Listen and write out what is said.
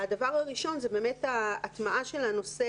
הדבר הראשון הוא באמת הטמעה של הנושא